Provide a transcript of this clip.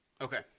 Okay